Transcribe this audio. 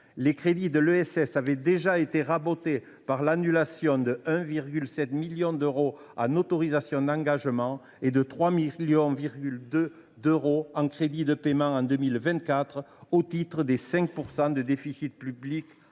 Les crédits de l’ESS avaient déjà été rabotés par l’annulation de 1,7 million d’euros en autorisations d’engagement et de 3,2 millions d’euros en crédits de paiement en 2024, et ce afin d’atteindre un déficit public